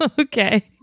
Okay